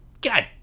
god